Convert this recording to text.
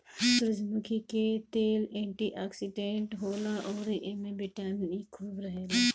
सूरजमुखी के तेल एंटी ओक्सिडेंट होला अउरी एमे बिटामिन इ खूब रहेला